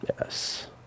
Yes